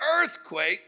earthquake